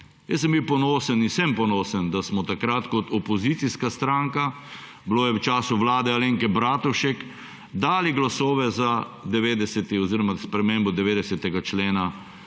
Jaz sem bil ponosen in sem ponosen, da smo takrat kot opozicijska stranka, bilo je v času vlade Alenke Bratušek, dali glasove za spremembo 90. člena